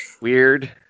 weird